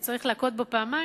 צריך להכות בו פעמיים?